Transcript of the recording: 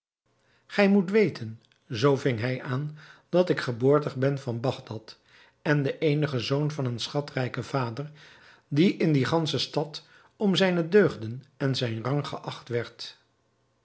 gij moet weten zoo ving hij aan dat ik geboortig ben van bagdad en de eenige zoon van een schatrijken vader die in die gansche stad om zijne deugden en zijn rang geacht werd